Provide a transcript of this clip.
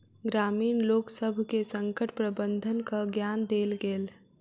ग्रामीण लोकसभ के संकट प्रबंधनक ज्ञान देल गेल